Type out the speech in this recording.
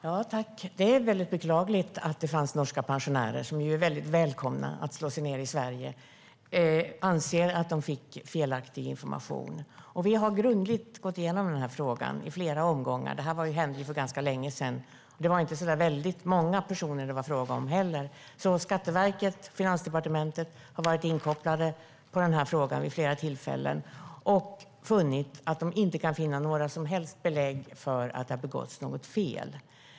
Herr talman! Det är väldigt beklagligt att det finns norska pensionärer, som är väldigt välkomna att slå sig ned i Sverige, som anser att de fick felaktig information. Vi har grundligt gått igenom frågan i flera omgångar. Detta hände för ganska länge sedan. Det var inte så där väldigt många personer som det var fråga om heller. Skatteverket och Finansdepartementet har varit inkopplade i frågan vid flera tillfällen och funnit att de inte kan finna några som helst belägg för att det har begåtts något fel.